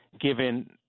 given